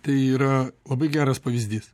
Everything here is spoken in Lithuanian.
tai yra labai geras pavyzdys